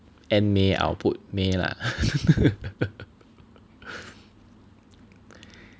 end May I'll put May lah